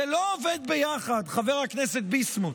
זה לא עובד ביחד, חבר הכנסת ביסמוט.